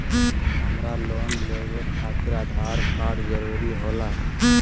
हमरा लोन लेवे खातिर आधार कार्ड जरूरी होला?